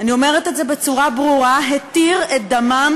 אני אומרת את זה בצורה ברורה: התיר את דמם